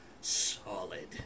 solid